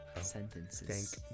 sentences